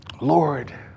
Lord